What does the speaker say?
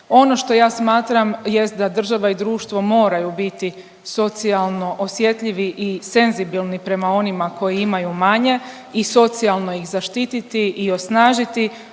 Ono što ja smatram jest da država i društvo moraju biti socijalno osjetljivi i senzibilni prema onima koji imaju manje i socijalno ih zaštititi i osnažiti,